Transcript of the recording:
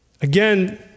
Again